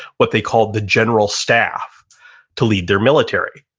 what they called the general staff to lead their military.